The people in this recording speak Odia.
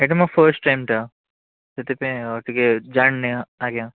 ଏଇଟା ମୋ ଫାର୍ଷ୍ଟ ଟାଇମ୍ଟା ସେଥିପାଇଁ ଅ ଟିକେ ଜାଣିନି ଆଜ୍ଞା